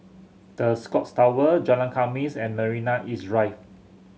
The Scotts Tower Jalan Khamis and Marina East Drive